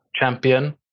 champion